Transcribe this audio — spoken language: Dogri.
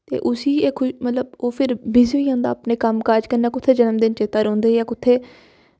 ते उस्सी मतलब कोई इक फिर बिजी होई जंदा अपने कम्म काज कन्नै कुत्थें जनम दिन चेता रौह्ंदे जां कुत्थें